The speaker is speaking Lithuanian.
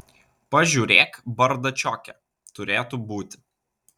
pažiūrėk bardačioke turėtų būt